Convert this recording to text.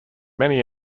many